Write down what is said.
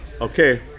Okay